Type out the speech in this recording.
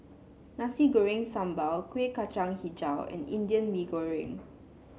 Nasi Goreng Sambal Kueh Kacang hijau and Indian Mee Goreng